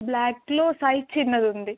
బ్లాక్లో సైజు చిన్నది ఉంది